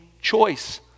choice